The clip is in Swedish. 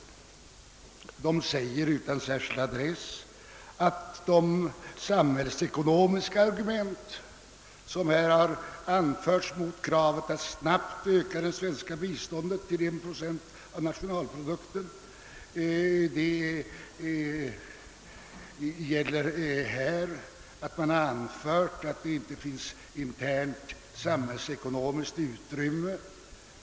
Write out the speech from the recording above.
Utan att nämna en särskild adress säger de, att de argument, som anförts mot kravet att snabbt öka det svenska biståndet till 1 procent av nationalprodukten, motiverades med att det inte finns samhällsekonomiskt utrymme.